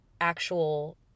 actual